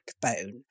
backbone